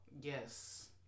yes